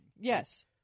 Yes